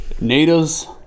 natives